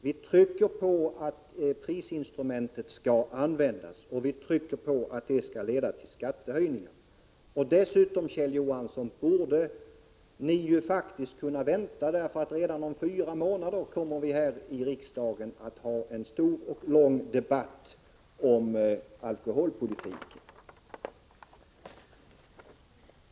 Vi trycker på att prisinstrumentet skall användas och att det skall leda till skattehöjningar. Dessutom, Kjell Johansson, borde ni kunna vänta eftersom vi här i riksdagen redan om fyra månader kommer att ha en stor och lång debatt om alkoholpolitiken.